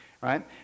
right